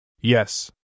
Yes